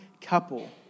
couple